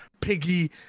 piggy